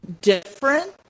different